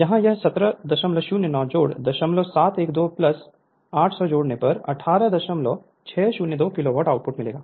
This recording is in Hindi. यहाँ यह 17090712800 जोड़ने पर 18602 किलो वॉट आउटपुट मिलेगा